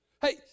Hey